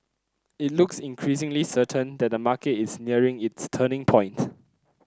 it looks increasingly certain that the market is nearing its turning point